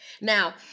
Now